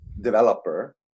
developer